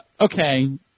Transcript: Okay